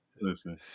Listen